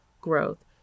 growth